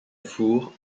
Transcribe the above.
four